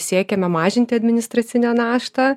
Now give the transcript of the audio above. siekiame mažinti administracinę naštą